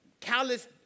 callous